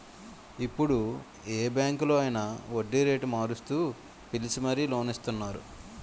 ఇప్పుడు ఏ బాంకులో అయినా వడ్డీరేటు మారుస్తూ పిలిచి మరీ లోన్ ఇస్తున్నారు